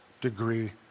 degree